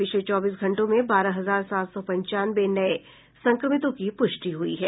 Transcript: पिछले चौबीस घंटों में बारह हजार सात सौ पंचानवे नये संक्रमितों की पुष्टि हुई है